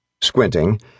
Squinting